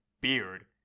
beard